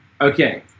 Okay